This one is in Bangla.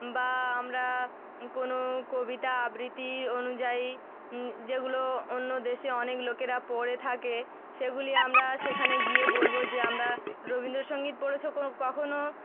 বা আমরা কোনো কবিতা আবৃত্তি অনুযায়ী যেগুলো অন্য দেশে অনেক লোকেরা পড়ে থাকে সেগুলি আমরা সেখানে গিয়ে বলব যে আমরা রবীন্দ্রসঙ্গীত পড়েছ কখনো